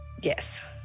Yes